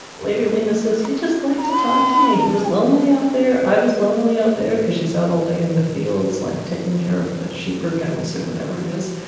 later, lena says he'd just like to talk to me. he was lonely out there. i was lonely out there because she's out all day in the fields, like taking care of the sheep, her goats or whatever it is,